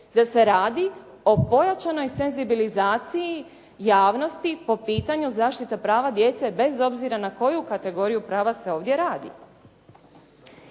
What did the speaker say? da se radi o pojačanoj senzibilizaciji javnosti po pitanju zaštite prava djece bez obzira na koju kategoriju prava se ovdje radi.